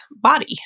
body